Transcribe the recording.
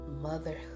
motherhood